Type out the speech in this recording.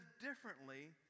differently